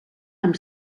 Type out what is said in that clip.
amb